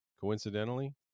coincidentally